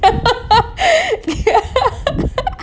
ya